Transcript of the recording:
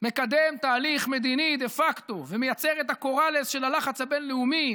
מקדם תהליך מדיני דה פקטו ומייצר את הקוראלס של הלחץ הבין-לאומי,